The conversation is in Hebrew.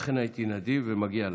לכן הייתי נדיב, ומגיע להם.